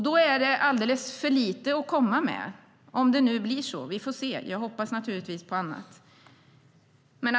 Då är det alldeles för lite att komma med prat om att kvotera en månad till i föräldraförsäkringen.